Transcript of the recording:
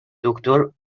دکتر